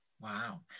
Wow